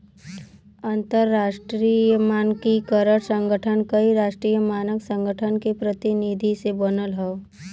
अंतरराष्ट्रीय मानकीकरण संगठन कई राष्ट्रीय मानक संगठन के प्रतिनिधि से बनल हौ